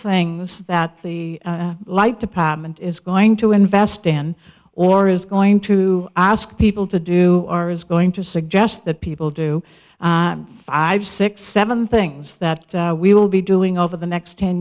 things that the like department is going to invest in or is going to ask people to do are is going to suggest that people do five six seven things that we will be doing over the next ten